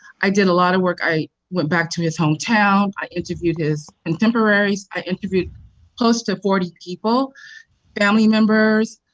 i did a lot of work. i went back to his hometown. i interviewed his contemporaries. i interviewed close to forty people family members,